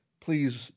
please